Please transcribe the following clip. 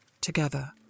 together